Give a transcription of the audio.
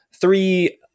three